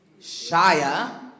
Shia